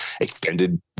extended